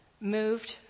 moved